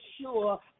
sure